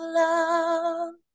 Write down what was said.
love